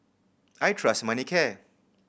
I trust Manicare